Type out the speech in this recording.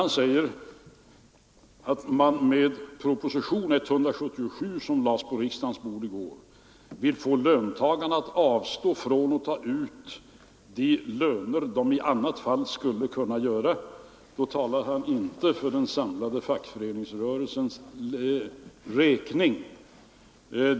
Han säger att man med propositionen 177 som lades på riksdagens bord i går vill få löntagarna att avstå från att ta ut de löner de i annat fall skulle kunna få, då talar han inte för den samlade fackföreningsrörelsens räkning.